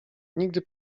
nigdy